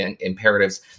imperatives